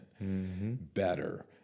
better